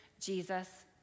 Jesus